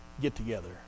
get-together